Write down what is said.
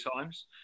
times